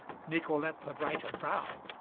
nicolete, the bright of brow,